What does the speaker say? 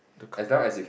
the k~